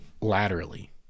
laterally